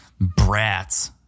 brat